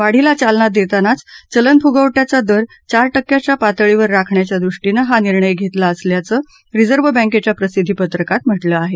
वाढीला चालना देतानाच चलन फुगवट्याचा दर चार टक्क्याच्या पातळीवर राखण्याच्या दृष्टीनं हा निर्णय घेतला असल्याचं रिजर्व बँकेच्या प्रसिद्दी पत्रकात म्हटलं आहे